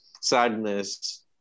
sadness